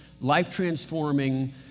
life-transforming